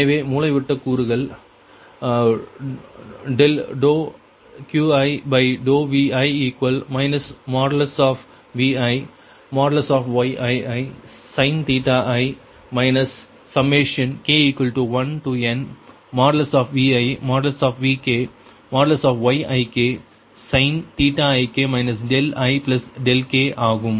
எனவே மூலைவிட்ட கூறுகள் QiVi ViYiisin ii k1nViVkYiksin ik ik ஆகும்